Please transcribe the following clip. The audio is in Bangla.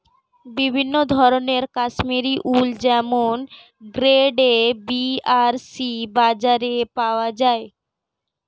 বিভিন্ন ধরনের কাশ্মীরি উল যেমন গ্রেড এ, বি আর সি বাজারে পাওয়া যায়